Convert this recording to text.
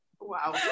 Wow